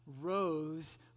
rose